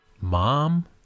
Mom